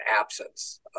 absence